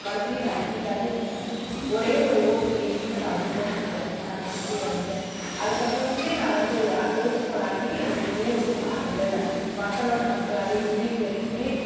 மறுபடியும் நான் ரீப்பிட்டாகவே நின்றேன் ஒரே ஒரு ஓட்டு லீடிங்கில் நான் வந்து தோற்று போனேன் அது திருப்பி வந்துவிட்டேன் அதுக்கு அப்பறமுமே நான் வந்து தோற்று போனாலும் என்னோட முயற்சியை வந்து நான் விடல மக்களோட மக்களாகவே இன்னைக்கு வரைக்கும்